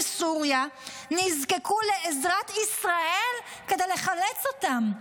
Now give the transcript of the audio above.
סוריה נזקקו לעזרת ישראל כדי לחלץ אותם.